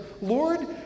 lord